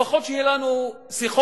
לפחות שיהיו לנו שיחות.